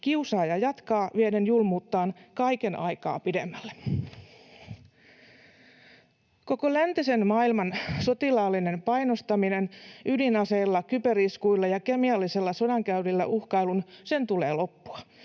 kiusaaja jatkaa vieden julmuuttaan kaiken aikaa pidemmälle. Koko läntisen maailman sotilaallisen painostamisen ja uhkailun ydinaseilla, kyberiskuilla ja kemiallisella sodankäynnillä tulee loppua.